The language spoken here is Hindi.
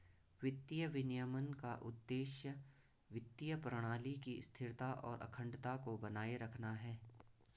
वित्तीय विनियमन का उद्देश्य वित्तीय प्रणाली की स्थिरता और अखंडता को बनाए रखना है